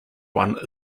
one